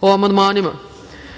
o amandmanima. Na